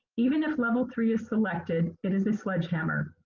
even if level three is selected, it is a sledgehammer.